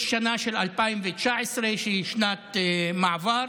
יש שנת 2019, שהיא שנת מעבר.